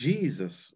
Jesus